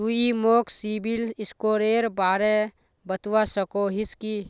तुई मोक सिबिल स्कोरेर बारे बतवा सकोहिस कि?